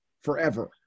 forever